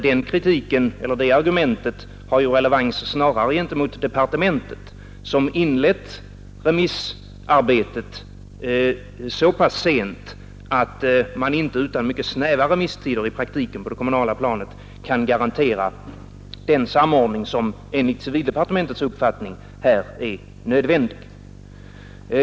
Det argumentet har relevans snarare gentemot departementet, som inlett remissarbetet så sent att man inte utan mycket snäva remisstider på det kommunala planet kan garantera den samordning som enligt civildepartementets uppfattning är nödvändig.